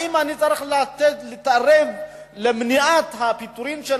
האם אני צריך להירתם למניעת הפיטורים של